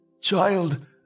Child